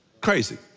Crazy